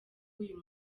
uyu